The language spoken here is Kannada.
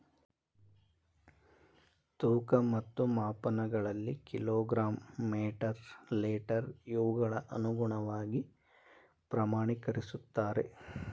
ತೂಕ ಮತ್ತು ಮಾಪನಗಳಲ್ಲಿ ಕಿಲೋ ಗ್ರಾಮ್ ಮೇಟರ್ ಲೇಟರ್ ಇವುಗಳ ಅನುಗುಣವಾಗಿ ಪ್ರಮಾಣಕರಿಸುತ್ತಾರೆ